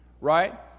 right